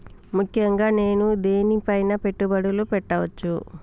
ముఖ్యంగా నేను దేని పైనా పెట్టుబడులు పెట్టవచ్చు?